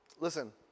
Listen